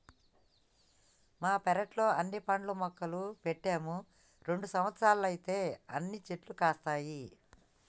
మా పెరట్లో అన్ని పండ్ల మొక్కలు పెట్టాము రెండు సంవత్సరాలైతే అన్ని చెట్లు కాస్తాయి